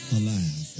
alive